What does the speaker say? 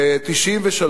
ב-1993: